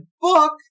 book